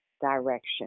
direction